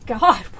God